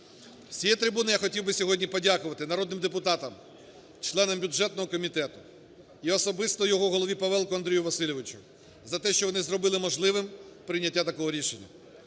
З цієї трибуни я хотів би сьогодні подякувати народним депутатам, членам бюджетного комітету і особисто його головіПавелку Андрію Васильовичу за те, що вони зробили можливим прийняття такого рішення.